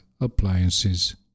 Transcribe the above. appliances